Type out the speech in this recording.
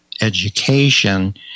education